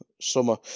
summer